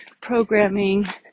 programming